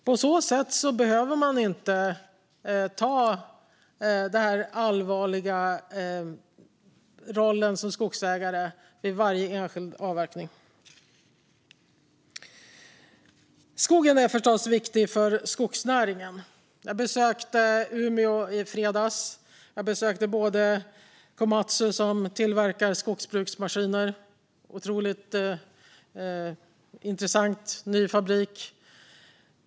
På så sätt behöver man inte inta den allvarliga rollen som skogsägare vid varje enskild avverkning. Skogen är förstås viktig för skogsnäringen. Jag besökte Umeå i fredags. Jag besökte Komatsu, som tillverkar skogsbruksmaskiner. Det är en otroligt intressant ny fabrik.